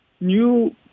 new